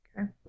Okay